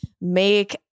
make